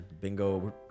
bingo